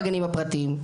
בגנים הפרטיים.